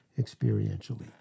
experientially